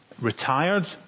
Retired